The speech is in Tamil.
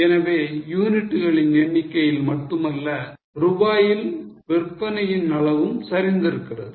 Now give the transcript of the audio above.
எனவே யூனிட்டுகளின் எண்ணிக்கையில் மட்டுமல்ல ரூபாயில் விற்பனையின் அளவும் சரிந்திருக்கிறது